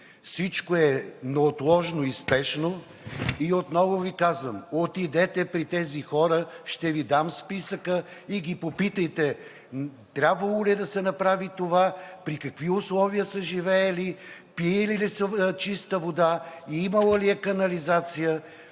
Всичко е неотложно и спешно. Отново Ви казвам: отидете при тези хора, ще Ви дам списъка, и ги попитайте: трябвало ли е да се направи това; при какви условия са живеели; пиели ли са чиста вода; имало ли е канализация;